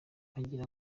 nkagira